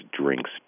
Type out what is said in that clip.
drinks